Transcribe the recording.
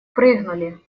прыгнули